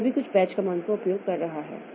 तो यह भी कुछ बैच कमांड का उपयोग कर रहा है